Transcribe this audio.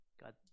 God